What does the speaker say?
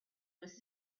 was